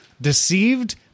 deceived